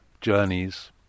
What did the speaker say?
journeys